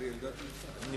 אריה אלדד נמצא.